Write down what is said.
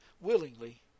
willingly